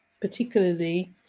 particularly